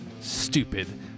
stupid